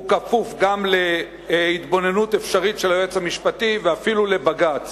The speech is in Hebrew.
הוא כפוף גם להתבוננות אפשרית של היועץ המשפטי ואפילו לבג"ץ.